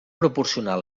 proporcionar